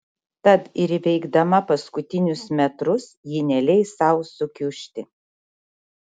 tad ir įveikdama paskutinius metrus ji neleis sau sukiužti